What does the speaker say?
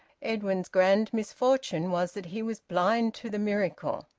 edwin's grand misfortune was that he was blind to the miracle.